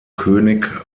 könig